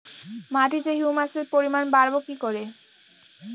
মাটিতে হিউমাসের পরিমাণ বারবো কি করে?